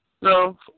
No